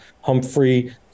Humphrey